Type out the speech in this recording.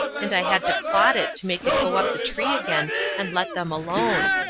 and i had to clod it to make it go up the tree again and let them alone.